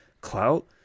clout